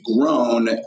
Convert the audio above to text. grown